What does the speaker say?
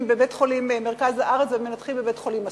בבית-חולים במרכז הארץ ומנתחים בבית-החולים "אסותא",